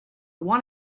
want